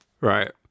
right